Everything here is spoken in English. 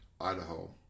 Idaho